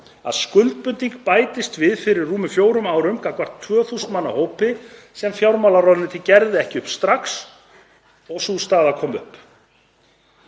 að skuldbinding bættist við fyrir rúmum fjórum árum gagnvart 2.000 manna hópi sem fjármálaráðuneytið gerði ekki upp strax og sú staða kom upp.